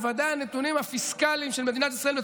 בוודאי הנתונים הפיסקליים של מדינת ישראל,